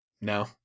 No